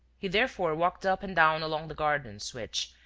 he therefore walked up and down along the gardens which,